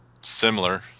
similar